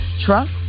truck